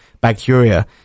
bacteria